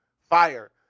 Fire